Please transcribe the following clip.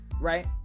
right